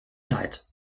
leid